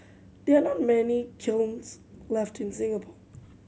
there not many kilns left in Singapore